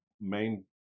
main